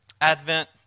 Advent